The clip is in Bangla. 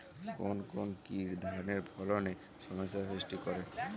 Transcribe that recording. কোন কোন কীট ধানের ফলনে সমস্যা সৃষ্টি করে?